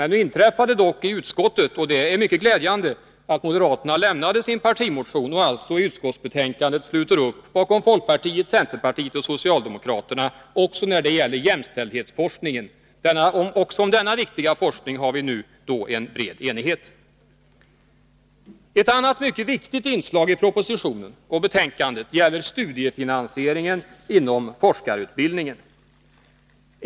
Nu inträffade dock i utskottet — och det är mycket glädjande — att moderaterna lämnade sin partimotion och alltså i utskottsbetänkandet sluter upp bakom folkpartiet, centerpartiet och socialdemokraterna även när det gäller jämställdhetsforskningen. Också om denna viktiga forskning råder det alltså nu bred enighet. Ett annat mycket viktigt inslag i propositionen och betänkandet gäller studiefinansieringen inom forskarutbildningen.